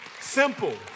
Simple